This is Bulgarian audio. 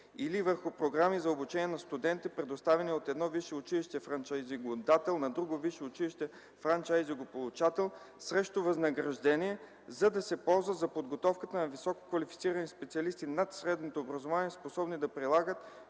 или върху програми за обучение на студенти, предоставени от едно висше училище (франчайзингодател) на друго висше училище (франчайзингополучател) срещу възнаграждение, за да се ползват за подготовката на висококвалифицирани специалисти над средното образование, способни да прилагат